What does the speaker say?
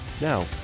Now